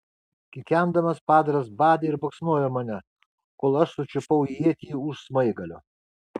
kikendamas padaras badė ir baksnojo mane kol aš sučiupau ietį už smaigalio